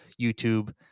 YouTube